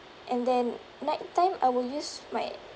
and then night time I will use my